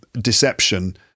deception